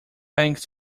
thanks